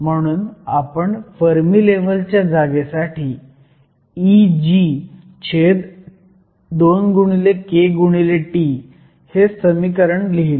म्हणून आपण फर्मी लेव्हलच्या जागेसाठी Eg2kT हे समीकरण लिहिलं